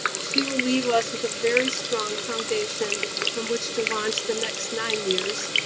she will leave us with a very strong foundation from which to launch the next nine years,